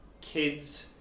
kids